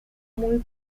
muy